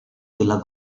della